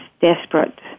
desperate